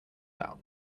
out